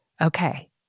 okay